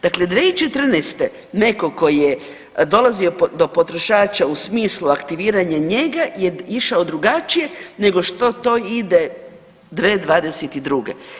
Dakle, 2014. netko tko je dolazio do potrošača u smislu aktiviranje njega je išao drugačije nego što to ide 2022.